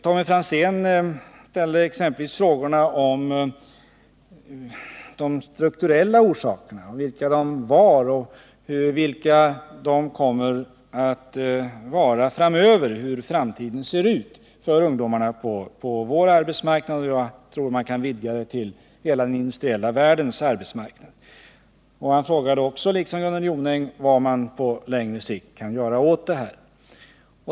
Tommy Franzén ställde exempelvis frågor om de strukturella orsakerna, vilka dessa kommer att vara framöver och hur framtiden kommer att se ut för ungdomarna på vår arbetsmarknad, och jag tror att man kan vidga det till hela den industriella världens arbetsmarknad. Han liksom Gunnel Jonäng frågade vad man på längre sikt kan göra åt detta.